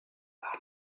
par